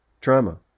trauma